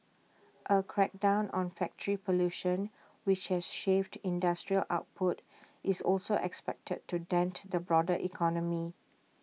A crackdown on factory pollution which has shaved industrial output is also expected to dent the broader economy